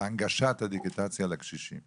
להנגשת הדיגיטציה לקשישים ולנצרכים.